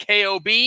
KOB